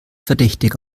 verdächtig